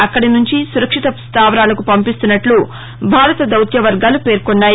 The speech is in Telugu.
అక్కడి నుంచి సురక్షిత స్థావరాలకు పంపిస్తున్నట్లు భారత దౌత్యవర్గాలు పేర్కొన్నాయి